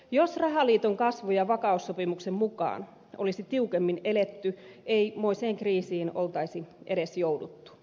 jos rahaliiton kasvu ja vakaussopimuksen mukaan olisi tiukemmin eletty ei moiseen kriisiin olisi edes jouduttu